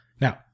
Now